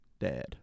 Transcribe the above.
Dad